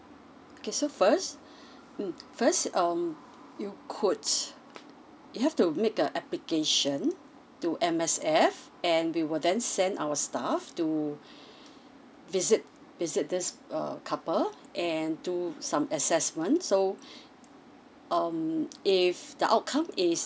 okay so first mm first um you could you have to make uh application to M_S_F and we would then send our staff to visit visit this uh couple and do some assessment so um if the outcome is